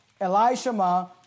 Elishama